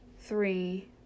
three